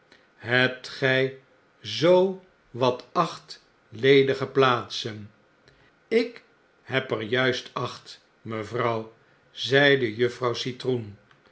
hebt gg zoo wat acht ledigeplaatsen ik heb er iuist acht mevrouw zei juffrouw citroen